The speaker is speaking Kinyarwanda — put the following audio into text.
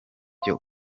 byo